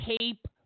tape